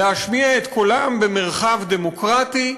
להשמיע את קולם במרחב דמוקרטי,